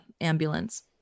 ambulance